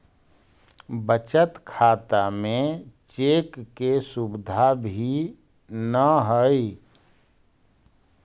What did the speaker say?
बचत खाता में चेक के सुविधा भी न हइ